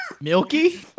Milky